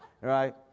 right